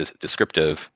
descriptive